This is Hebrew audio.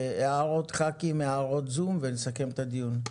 הערות חברי הכנסת, הערות זום ונסכם את הדיון.